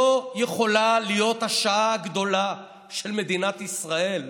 זו יכולה להיות השעה הגדולה של מדינת ישראל.